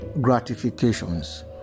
gratifications